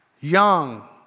young